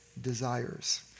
desires